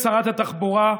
שרת התחבורה,